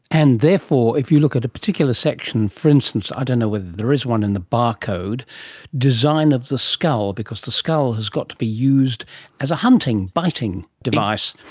and therefore if you look at a particular section, for instance, i don't know whether there is one in the barcode, the design of the skull because the skull has got to be used as a hunting, biting device.